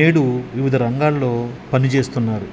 నేడు వివిధ రంగాలలో పనిచేస్తున్నారు